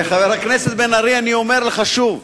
וחבר הכנסת בן-ארי, אני אומר לך שוב: